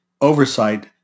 oversight